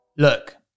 Look